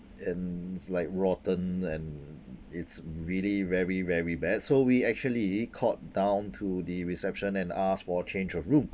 and it's like rotten and it's really very very bad so we actually called down to the reception and asked for change of room